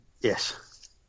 Yes